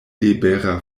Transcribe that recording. libera